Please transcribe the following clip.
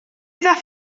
ddaeth